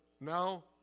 now